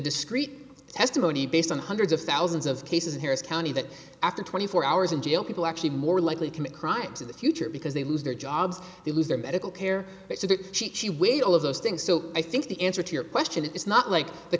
discrete testimony based on hundreds of thousands of cases of harris county that after twenty four hours in jail people actually more likely commit crimes in the future because they lose their jobs they lose their medical care she weighed all of those things so i think the answer to your question it is not like the